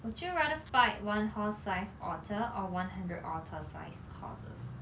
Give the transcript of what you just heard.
would you rather fight one horse sized otter or one hundred otter sized horses